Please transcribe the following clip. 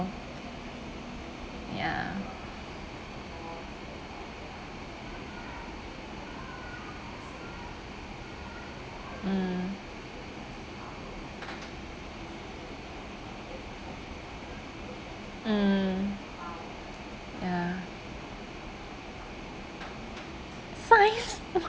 ya mm mm ya science